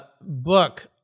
book